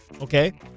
Okay